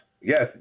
Yes